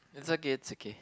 it's okay it's okay